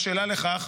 בשלה לכך.